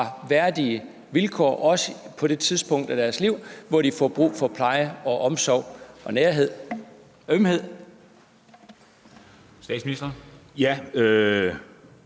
værdige vilkår, også på det tidspunkt af deres liv, hvor de får brug for pleje og omsorg og nærhed og ømhed. Kl.